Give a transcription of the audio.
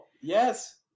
yes